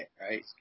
right